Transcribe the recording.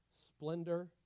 splendor